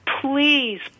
Please